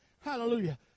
Hallelujah